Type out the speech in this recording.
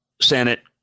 Senate